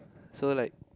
so like